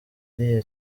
iriya